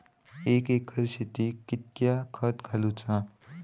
एक एकर शेताक कीतक्या खत घालूचा?